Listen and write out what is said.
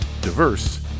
diverse